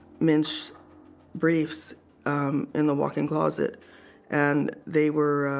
mints briefs in the walk-in closet and they were